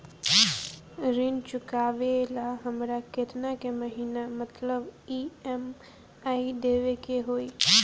ऋण चुकावेला हमरा केतना के महीना मतलब ई.एम.आई देवे के होई?